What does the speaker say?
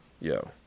Yo